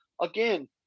again